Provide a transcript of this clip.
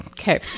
Okay